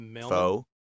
foe